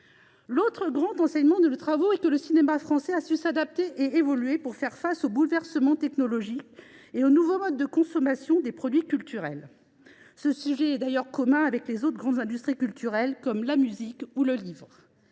L’autre grand enseignement de nos travaux est que le cinéma français a su s’adapter et évoluer pour faire face aux bouleversements technologiques et aux nouveaux modes de consommation des produits culturels. Ce sujet est d’ailleurs commun aux autres grandes industries culturelles, comme celles de la musique ou du livre.